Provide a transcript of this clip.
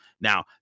Now